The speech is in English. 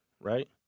right